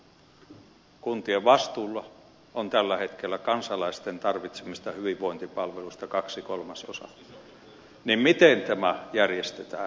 kun kuntien vastuulla on tällä hetkellä kansalaisten tarvitsemista hyvinvointipalveluista kaksi kolmasosaa niin miten tämä järjestetään